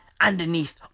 Underneath